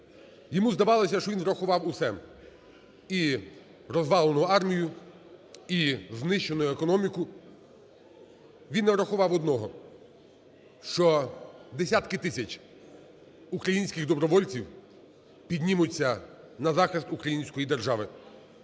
Йому здавалося, що він врахував усе: і розвалену армію, і знищену економіку. Він не врахував одного, що десятки тисяч українських добровольців піднімуться на захист української держави.